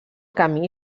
camí